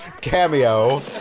Cameo